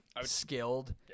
skilled